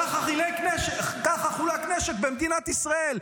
ככה חולק נשק במדינת ישראל.